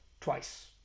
Twice